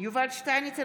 יובל שטייניץ,